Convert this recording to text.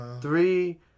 three